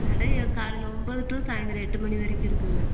கடையை காலையில ஒம்பது டூ சாய்ந்தரம் எட்டு மணி வரைக்கும் இருக்குங்க